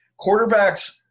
quarterbacks